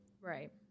Right